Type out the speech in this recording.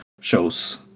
shows